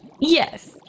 Yes